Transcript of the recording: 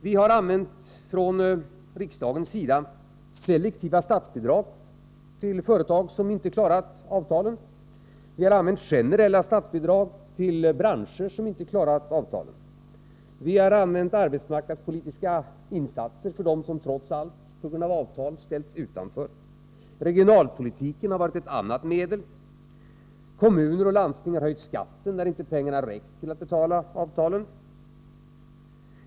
Vi har från riksdagens sida använt selektiva statsbidrag till företag som inte klarat avtalen. Vi har använt generella statsbidrag till hela branscher som inte klarat avtalen. Vi har gjort arbetsmarknadspolitiska insatser för dem som trots allt på grund av avtal ställts utanför. Regionalpolitiken har varit ett annat medel. Kommuner och landsting har höjt skatten när pengarna inte räckt till för att betala avtalen.